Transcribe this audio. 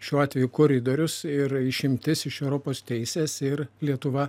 šiuo atveju koridorius ir išimtis iš europos teisės ir lietuva